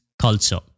culture